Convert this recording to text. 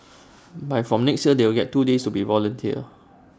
but from next year they will get two days to be volunteers